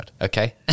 Okay